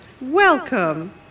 Welcome